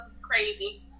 crazy